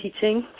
teaching